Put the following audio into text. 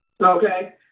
okay